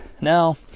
now